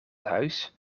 huis